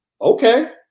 okay